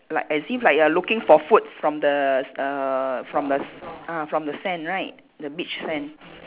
like as if like you're looking for food from the err from the s~ ah from the sand right the beach sand